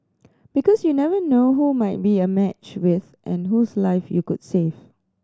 because you never know who might be a match with and whose life you could save